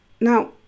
Now